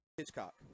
Hitchcock